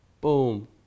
boom